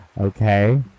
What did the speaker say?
okay